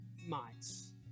mites